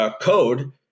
code